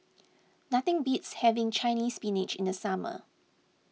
nothing beats having Chinese Spinach in the summer